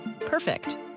Perfect